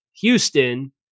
houston